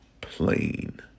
Plain